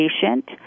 patient